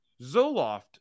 Zoloft